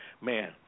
man